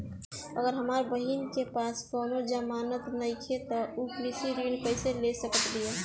अगर हमार बहिन के पास कउनों जमानत नइखें त उ कृषि ऋण कइसे ले सकत बिया?